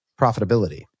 profitability